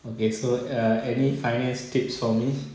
okay so err any finance tips for me